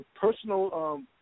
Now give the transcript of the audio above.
personal